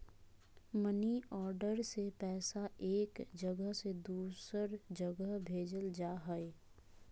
money order से पैसा एक जगह से दूसर जगह भेजल जा हय